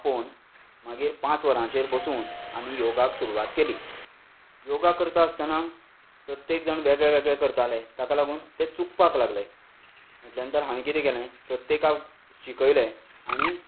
आपोवन मागीर पांच वरांचेर बसून आमी योगा करपाक सुरवात केली योगा करता आसतना प्रत्येक जाण वेगळे वेगळे करताले ताका लागून ते चुकपाक लागले म्हटल्यान तर हांवें कितें केलें प्रत्येकाक शिकयलें आनी